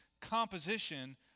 composition